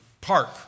park